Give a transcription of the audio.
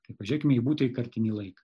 tai pažėkime į būtąjį kartinį laiką